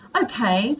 okay